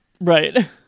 Right